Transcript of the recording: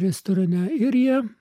restorane ir jie